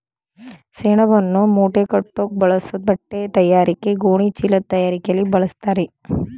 ಸೆಣಬನ್ನು ಮೂಟೆಕಟ್ಟೋಕ್ ಬಳಸೋ ಬಟ್ಟೆತಯಾರಿಕೆ ಗೋಣಿಚೀಲದ್ ತಯಾರಿಕೆಲಿ ಬಳಸ್ತಾರೆ